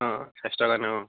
অঁ স্বাস্থ্য়ৰ কাৰণ অঁ